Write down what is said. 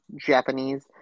Japanese